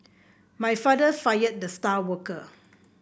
my father fired the star worker